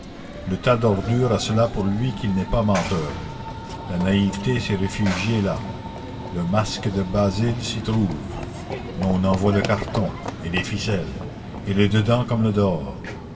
le tas d'ordures a cela pour lui qu'il n'est pas menteur la naïveté s'est réfugiée là le masque de basile s'y trouve mais on en voit le carton et les ficelles et le dedans comme le dehors